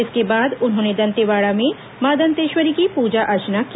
इसके बाद उन्होंने दंतेवाड़ा में मां दंतेश्वरी की पूजा अर्चना की